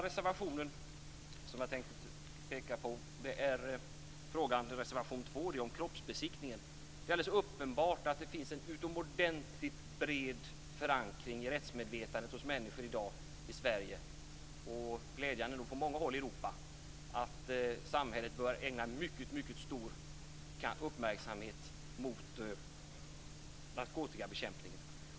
Det är uppenbart att det finns en mycket bred förankring i rättsmedvetandet i dag hos människor i Sverige - och glädjande nog på många håll i Europa - om att samhället bör ägna mycket stor uppmärksamhet åt narkotikabekämpning.